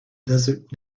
desert